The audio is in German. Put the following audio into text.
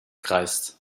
kreist